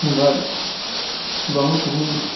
उमहर बहुत हीँ